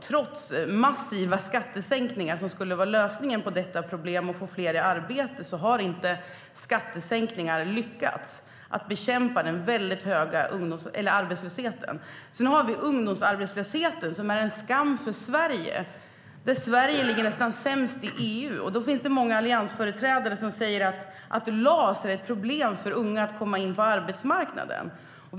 Trots massiva skattesänkningar som skulle vara lösningen på detta problem och få fler i arbete har man inte lyckats bekämpa den höga arbetslösheten med skattesänkningar. Sedan har vi ungdomsarbetslösheten, som är en skam för Sverige. Sverige ligger nästan sämst till i EU. Det finns många alliansföreträdare som säger att LAS är ett problem när det gäller att komma in på arbetsmarknaden för unga.